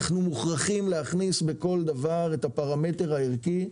אנחנו מוכרחים להכניס בכל דבר את הפרמטר הערכי,